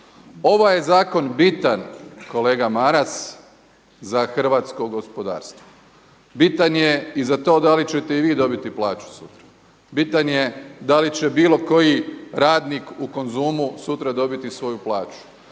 Ovaj je zakon bitan kolega Maras za hrvatsko gospodarstvo. Bitan je i za to da li ćete i vi dobiti plaću sutra. Bitan je da li će bilo koji radnik u Konzumu sutra dobiti svoju plaću?